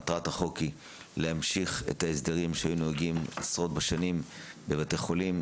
מטרת החוק היא להמשיך את ההסדרים שהיו נהוגים עשרות בשנים בבתי חולים,